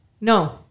No